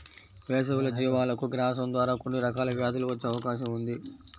వేసవిలో జీవాలకు గ్రాసం ద్వారా కొన్ని రకాల వ్యాధులు వచ్చే అవకాశం ఉంది